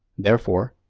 therefore,